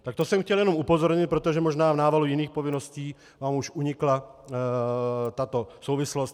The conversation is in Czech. Tak to jsem chtěl jen upozornit, protože možná v návalu jiných povinností vám už unikla tato souvislost.